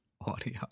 audio